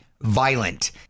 violent